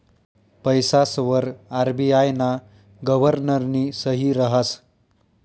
पैसासवर आर.बी.आय ना गव्हर्नरनी सही रहास